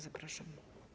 Zapraszam.